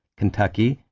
kentucky,